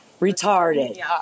retarded